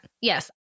Yes